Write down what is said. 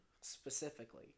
specifically